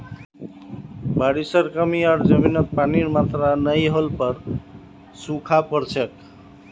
बारिशेर कमी आर जमीनत पानीर मात्रा नई होल पर सूखा पोर छेक